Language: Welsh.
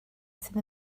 sydd